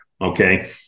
okay